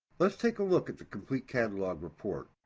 let's take a look at the complete catalog report.